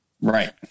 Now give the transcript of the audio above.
Right